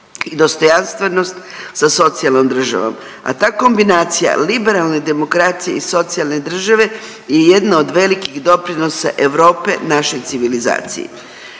i dostojanstvenost sa socijalnom državom, a ta kombinacija liberalne demokracije i socijalne države je jedno od velikih doprinosa Europe našoj civilizaciji.